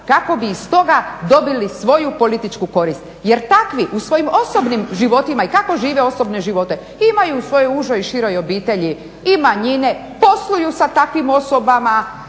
kako bi iz toga dobili svoju političku korist. Jer takvi u svojim osobnim životima i kako žive osobne živote. Imaju u svojoj užoj i široj obitelji i manjine, posluju sa takvim osobama,